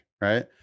Right